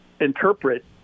interpret